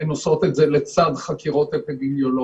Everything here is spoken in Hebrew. הן עושות את זה לצד חקירות אפידמיולוגיות.